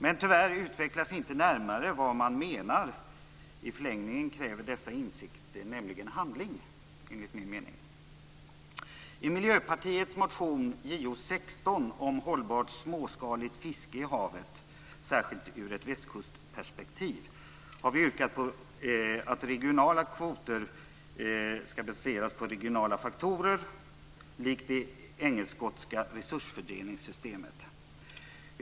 Men tyvärr utvecklas inte närmare vad man menar. I förlängningen kräver dessa insikter nämligen handling, enligt min mening. I Miljöpartiets motion Jo16 om hållbart småskaligt fiske i havet, särskilt ur ett västkustperspektiv, har vi yrkat att regionala kvoter skall baseras på regionala faktorer, likt det engelsk-skotska resursfördelningssystemet.